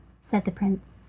said the prince,